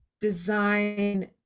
design